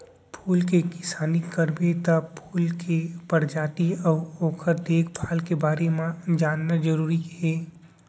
फूल के किसानी करबे त फूल के परजाति अउ ओकर देखभाल के बारे म जानना जरूरी हे